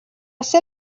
ser